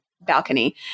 balcony